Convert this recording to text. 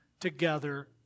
Together